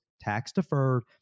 tax-deferred